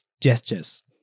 gestures